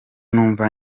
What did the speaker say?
numva